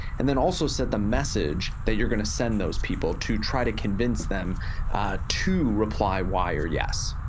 and then also set the message that you're gonna send those people to try to convince them to reply y or yes